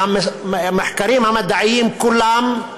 והמחקרים המדעיים כולם,